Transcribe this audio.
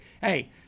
Hey